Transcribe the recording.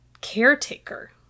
caretaker